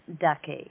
Ducky